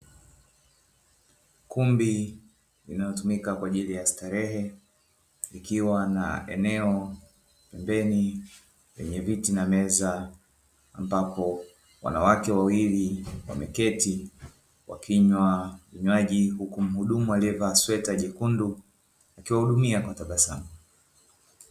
Kumbi inayotumika kwa ajili ya starehe ikiwa na eneo pembeni yenye viti na meza ambapo wanawake wawili wakiwa wameketi wakinywa vinywaji, huku mhudumu aliyevaa sweta jekundu akiwahudumia kwa tabasamu.